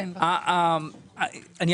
אימאן,